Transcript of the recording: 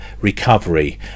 recovery